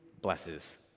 blesses